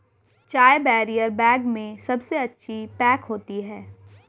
चाय barrier bag में सबसे अच्छी पैक होती है